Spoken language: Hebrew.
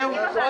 זהו, סגור.